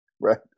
Right